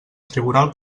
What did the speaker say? tribunal